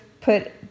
put